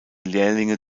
lehrlinge